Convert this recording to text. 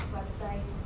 website